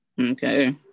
okay